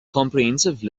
comprehensive